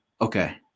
Okay